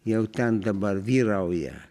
jau ten dabar vyrauja